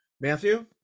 Matthew